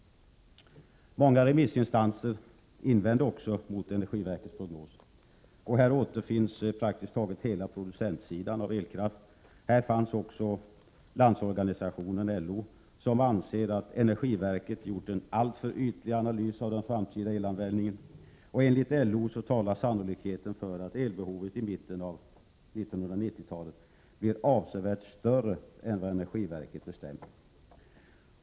Många remissinstanser invänder också mot energiverkets prognos. Här återfinns praktiskt taget hela producentsidan när det gäller elkraft. Här finns också Landsorganisationen, som anser att energiverket gjort en alltför ytlig analys av den framtida elanvändningen. Enligt LO talar sannolikheten för att elbehovet i mitten av 1990-talet blir avsevärt större än vad energiverket beräknat.